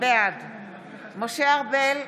בעד משה ארבל,